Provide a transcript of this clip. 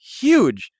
huge